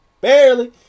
Barely